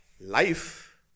Life